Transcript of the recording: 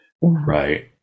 Right